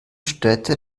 städte